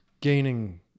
gaining